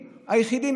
היחידים,